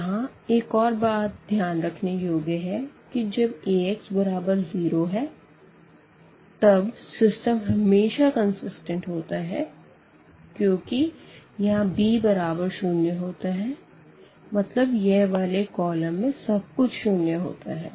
यहाँ एक और बात ध्यान रखने योग्य है कि जब Ax बराबर 0 है तब सिस्टम हमेशा कंसिस्टेंट होता है क्यूंकि यहाँ b बराबर शून्य होता है मतलब यह वाले कॉलम में सब कुछ शून्य होता है